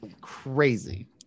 crazy